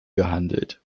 gehandelt